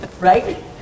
right